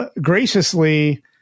graciously